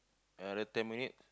another ten minutes